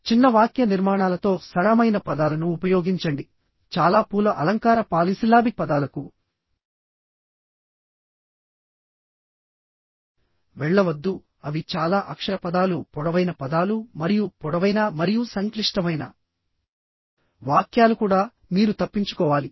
చిన్న వాక్య నిర్మాణాలతో సరళమైన పదాలను ఉపయోగించండి చాలా పూల అలంకార పాలీసిల్లాబిక్ పదాలకు వెళ్లవద్దు అవి చాలా అక్షర పదాలు పొడవైన పదాలు మరియు పొడవైన మరియు సంక్లిష్టమైన వాక్యాలు కూడా మీరు తప్పించుకోవాలి